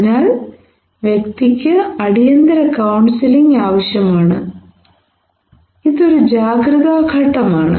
അതിനാൽ വ്യക്തിക്ക് അടിയന്തിര കൌൺസിലിംഗ് ആവശ്യമാണ് ഇതൊരു ജാഗ്രതാ ഘട്ടമാണ്